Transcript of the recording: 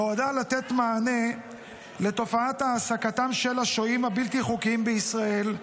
נועדה לתת מענה לתופעת העסקתם של השוהים הבלתי-חוקיים בישראל,